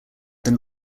than